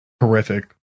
horrific